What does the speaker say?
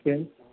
okay